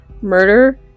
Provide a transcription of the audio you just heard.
murder